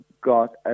got